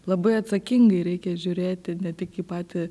labai atsakingai reikia žiūrėti ne tik į patį